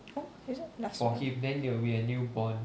oh is it last one ah